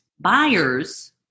buyers